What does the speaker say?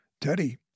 Teddy